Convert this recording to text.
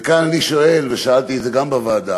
וכאן אני שואל, ושאלתי את זה גם בוועדה